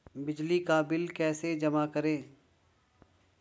बिजली का बिल कैसे जमा करें?